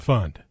Fund